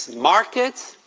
markets,